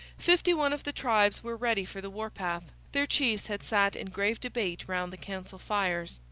fifty-one of the tribes were ready for the warpath. their chiefs had sat in grave debate round the council fires.